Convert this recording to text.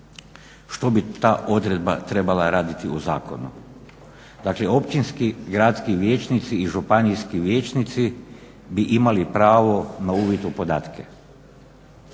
Što bi ta odredba trebala raditi u zakonu? Dakle, općinski, gradski vijećnici i županijski vijećnici bi imali pravo na uvid u podatke,